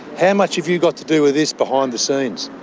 how much have you got to do with this behind the scenes?